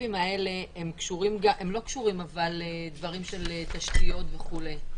הספציפיים האלה לא קשורים לדברים של תשתיות וכולי,